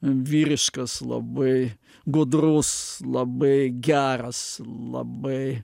vyriškas labai gudrus labai geras labai